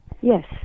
Yes